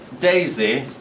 Daisy